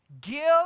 give